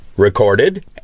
recorded